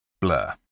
Blur